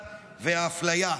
והאפליה.